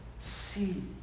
see